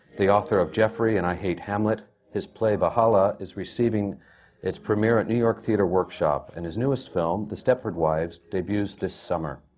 the author of jeffrey and i hate hamlet. his play, valhalla, is receiving its premiere at new york theatre workshop, and his newest film, the stepford wives, debuts this summer.